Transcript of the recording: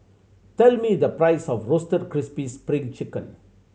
tell me the price of Roasted Crispy Spring Chicken